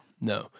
No